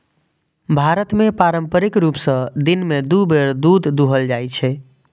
भारत मे पारंपरिक रूप सं दिन मे दू बेर दूध दुहल जाइ छै